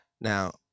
Now